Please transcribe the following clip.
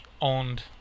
owned